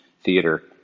theater